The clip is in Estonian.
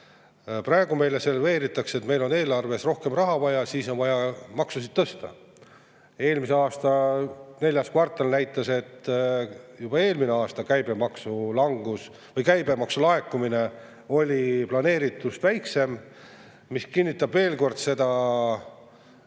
Praegu meile serveeritakse seda, et kuna meil on eelarvesse rohkem raha vaja, siis on vaja maksusid tõsta. Eelmise aasta neljas kvartal näitas, et juba eelmisel aastal oli käibemaksu laekumine planeeritust väiksem, mis kinnitab veel kord seda